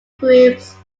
groups